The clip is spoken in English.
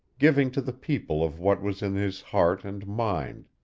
giving to the people of what was in his heart and mind.